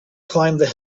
climbed